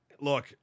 look